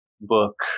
book